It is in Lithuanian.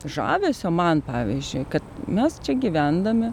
žavesio man pavyzdžiui kad mes čia gyvendami